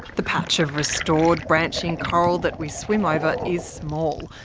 the patch of restored branching coral that we swim over is small,